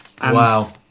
Wow